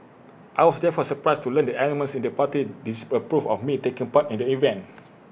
I was therefore surprised to learn that elements in the party disapproved of me taking part in the event